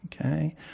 okay